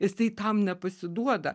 jisai tam nepasiduoda